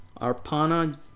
Arpana